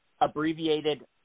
abbreviated